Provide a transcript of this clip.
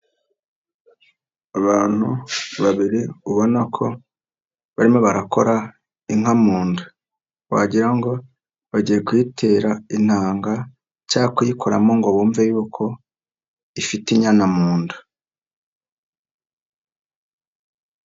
Abantu babiri ubona ko barimo barakora inka mu nda ,wagira ngo bagiye kuyitera intanga ,cyangwa kuyikoramo ngo bumve y'uko ifite inyana mu nda.